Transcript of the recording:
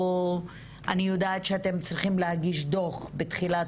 ואני יודעת שאתם צריכים להגיש דוח בתחילת